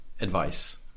advice